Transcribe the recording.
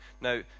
Now